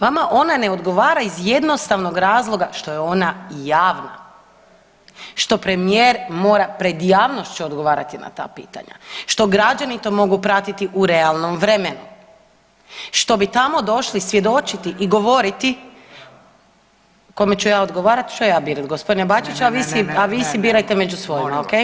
Vama ona ne odgovara iz jednostavnog razloga što je ona javna, što premijer mora pred javnošću odgovarati na ta pitanja, što građani to mogu pratiti u realnom vremenu, što bi tamo došli svjedočiti i govoriti, kome ću ja odgovarat ću ja birat g. Bačiću, a vi si, a vi si birajte među svojima, okej.